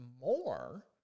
more